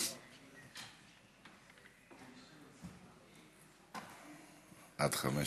עד חמש